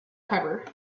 cover